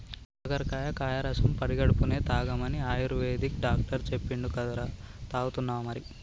కాకరకాయ కాయ రసం పడిగడుపున్నె తాగమని ఆయుర్వేదిక్ డాక్టర్ చెప్పిండు కదరా, తాగుతున్నావా మరి